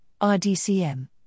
RDCM